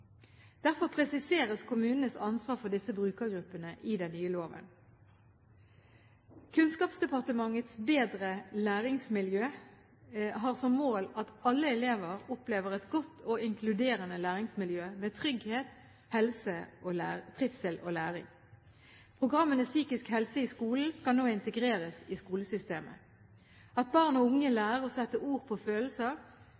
Derfor presiseres kommunenes ansvar for disse brukergruppene i den nye loven. Kunnskapsdepartementets Bedre læringsmiljø for 2009–2010 har som mål at alle elever opplever et godt og inkluderende læringsmiljø med trygghet, helse, trivsel og læring. Programmene Psykisk helse i skolen skal nå integreres i skolesystemet. At barn og unge